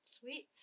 Sweet